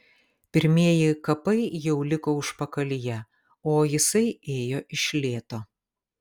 pirmieji kapai jau liko užpakalyje o jisai ėjo iš lėto